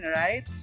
right